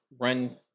run